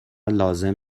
لازم